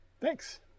Thanks